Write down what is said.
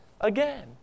again